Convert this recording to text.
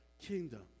kingdom